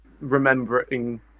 remembering